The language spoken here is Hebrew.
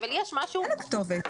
אני הכתובת.